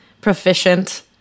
proficient